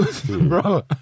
bro